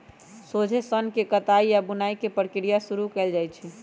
सोझे सन्न के कताई आऽ बुनाई के प्रक्रिया शुरू कएल जाइ छइ